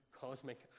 cosmic